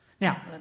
Now